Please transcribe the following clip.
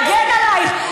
להגן עלייך.